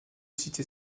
cité